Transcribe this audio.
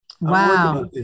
Wow